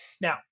Now